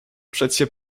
przecie